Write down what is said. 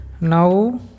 now